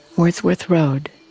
wordsworth road,